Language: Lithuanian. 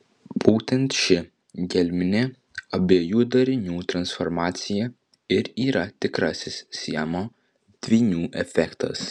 būtent ši gelminė abiejų darinių transformacija ir yra tikrasis siamo dvynių efektas